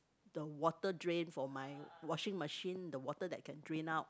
the water drain for my washing machine the water that can drain out